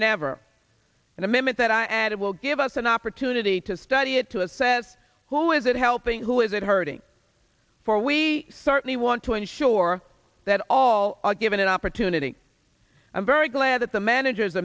and ever in a minute that i added will give us an opportunity to study it to assess who is it helping who is it hurting for we certainly want to ensure that all are given an opportunity i am very glad that the manager